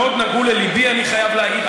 מאוד נגעו לליבי, אני חייב להגיד.